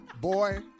Boy